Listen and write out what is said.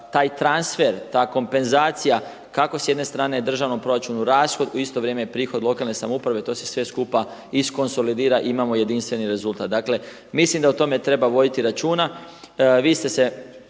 Taj transfer, ta kompenzacija kako s jedne strane državnom proračunu rashod u isto vrijeme i prihod lokalne samouprave, to sve skupa iskonsolidira i imamo jedinstveni rezultat. Dakle, mislim da o tome treba voditi računa.